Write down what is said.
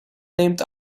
named